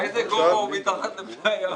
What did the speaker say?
באיזה גובה הוא מתחת לפני הים?